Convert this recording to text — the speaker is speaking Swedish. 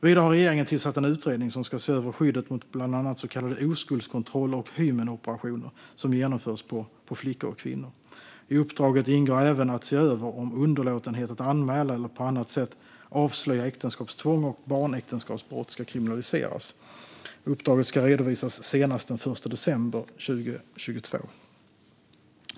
Vidare har regeringen tillsatt en utredning som ska se över skyddet mot bland annat så kallade oskuldskontroller och hymenoperationer som genomförs på flickor och kvinnor. I uppdraget ingår även att se över om underlåtenhet att anmäla eller på annat sätt avslöja äktenskapstvång och barnäktenskapsbrott ska kriminaliseras. Uppdraget ska redovisas senast den 1 december 2022.